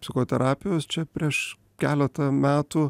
psichoterapijos čia prieš keletą metų